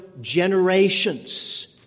generations